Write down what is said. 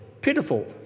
pitiful